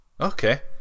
Okay